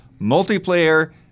multiplayer